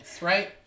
right